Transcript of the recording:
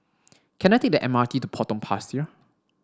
can I take the M R T to Potong Pasir